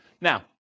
Now